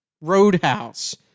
Roadhouse